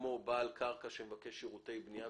כמו בעל קרקע שמבקש שירותי בנייה,